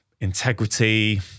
integrity